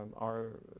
our,